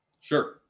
Sure